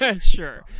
sure